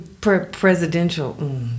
presidential